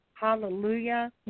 Hallelujah